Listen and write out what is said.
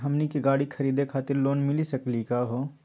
हमनी के गाड़ी खरीदै खातिर लोन मिली सकली का हो?